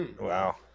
Wow